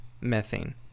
methane